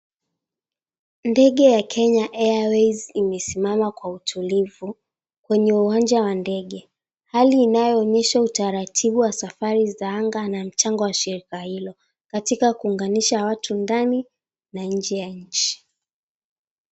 Ndege ya Kenya Airways imesimama kwa utulivu kwenye uwanja wa ndege. Hali inayoonyesha utaratibu wa safari za anga na mchango wa shirika hilo katika kuunganisha watu ndani na nje ya nchi.